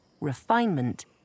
refinement